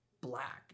black